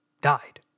died